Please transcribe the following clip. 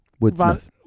Woodsmith